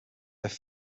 their